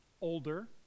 older